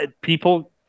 People